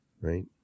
right